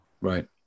Right